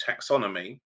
taxonomy